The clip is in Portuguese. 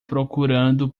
procurando